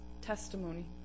testimony